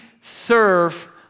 serve